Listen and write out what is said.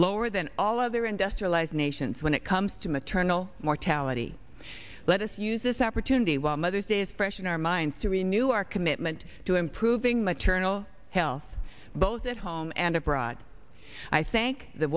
lower than all other industrialized nations when it comes to maternal mortality let us use this opportunity while mother's day is fresh in our minds to renew our commitment to improving maternal health both at home and abroad i thank the